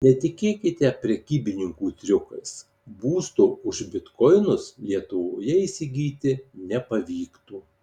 netikėkite prekybininkų triukais būsto už bitkoinus lietuvoje įsigyti nepavyktų